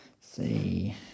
see